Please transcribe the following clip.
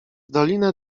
dolinę